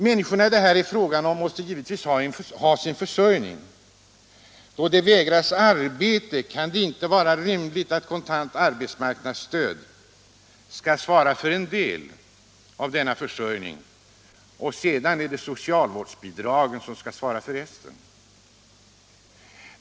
Människorna som det här är fråga om måste givetvis ha sin försörjning. Då de vägras arbete kan det inte vara rimligt att kontant arbetsmarknadsstöd skall svara för en del av försörjningen och att sedan socialvårdsbidrag skall svara för resten.